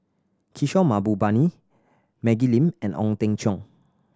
Kishore Mahbubani Maggie Lim and Ong Teng Cheong